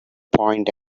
point